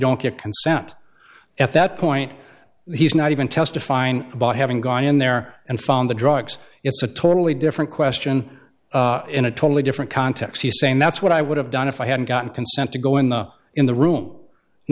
don't get consent at that point he's not even testifying about having gone in there and found the drugs it's a totally different question in a totally different context he's saying that's what i would have done if i hadn't gotten consent to go in the in the room in